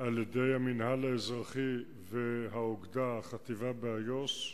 על-ידי המינהל האזרחי והאוגדה, החטיבה באיו"ש,